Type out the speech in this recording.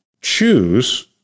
choose